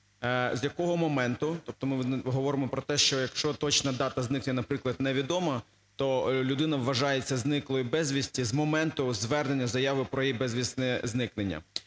з якого моменту. Тобто ми говоримо про те, що якщо точна дата зникнення, наприклад, невідома, то людина вважається зниклою безвісти з моменту звернення із заявою про її безвісне зникнення.